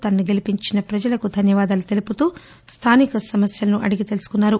తనను గెలిపించిన ప్రజలకు ధన్యవాదాలు తెలుపుతూ స్థానిక సమస్యలను అడిగి తెలుసుకున్నారు